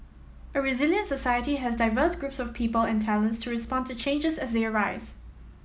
a resilient society has diverse groups of people and talents to respond to changes as they arise